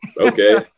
okay